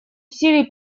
усилий